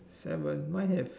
seven mine have